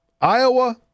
Iowa